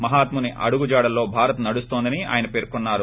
మహాత్ముని అడుగుజాడల్లో భారత్ నడున్తోంది ఆయన పేర్కొన్నారు